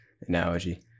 analogy